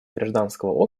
гражданского